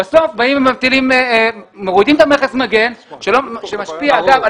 אבל בסוף באים ומורידים את מכס המגן שמשפיע על